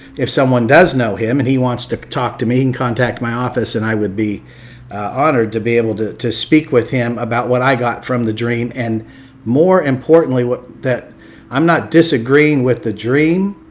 if someone does know him and he wants to talk to me and contact my office and i would be honored to be able to to speak with him about what i got from the dream. and more importantly that i'm not disagreeing with the dream,